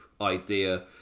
idea